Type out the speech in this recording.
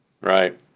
Right